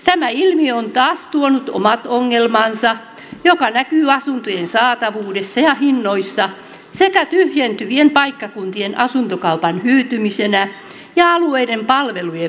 tämä ilmiö on taas tuonut omat ongelmansa mikä näkyy asuntojen saatavuudessa ja hinnoissa sekä tyhjentyvien paikkakuntien asuntokaupan hyytymisenä ja alueiden palvelujen vähentymisenä